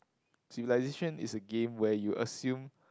civilization is a game where you assume